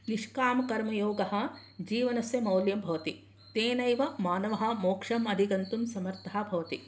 निष्कामकर्मयोगः जीवनस्य मौल्यं भवति तेनैव मानवः मोक्षम् अधिगन्तुं समर्थः भवति